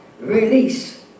Release